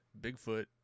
Bigfoot